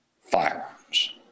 firearms